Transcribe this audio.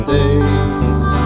days